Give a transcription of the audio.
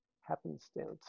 Happenstance